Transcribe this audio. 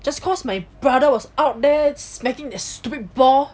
just cause my brother was out there smacking that stupid ball